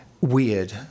weird